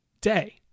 day